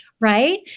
right